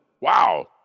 Wow